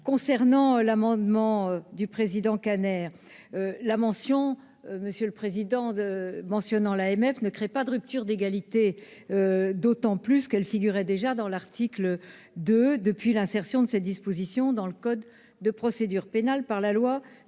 concernant l'amendement du président, la mention monsieur le Président de mentionnant l'AMF ne crée pas de rupture d'égalité, d'autant plus qu'elle figurait déjà dans l'article de depuis l'insertion de cette disposition dans le code de procédure pénale, par la loi du